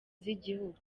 z’igihugu